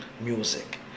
music